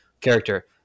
character